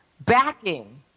backing